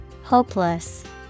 Hopeless